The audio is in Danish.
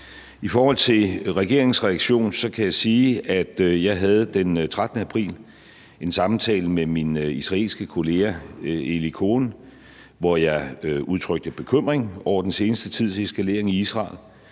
I forhold til regeringens reaktion kan jeg sige, at jeg den 13. april havde en samtale med min israelske kollega, Eli Cohen, hvor jeg udtrykte bekymring over den seneste tids eskalering i Israel,